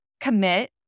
commit